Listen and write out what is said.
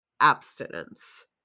abstinence